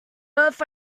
earth